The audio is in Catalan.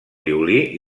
violí